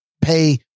pay